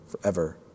forever